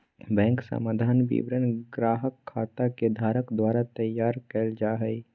bank समाधान विवरण ग्राहक खाता के धारक द्वारा तैयार कइल जा हइ